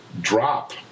drop